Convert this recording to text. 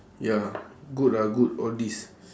ya good ah good all these